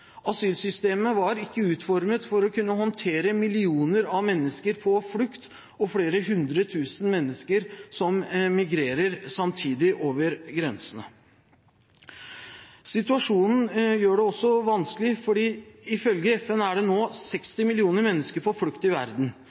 Asylsystemet var ikke utformet for å kunne håndtere millioner av mennesker på flukt og flere hundre tusen mennesker som migrerer samtidig over grensene. Situasjonen gjør det også vanskelig fordi det ifølge FN nå er 60 millioner mennesker på flukt i verden.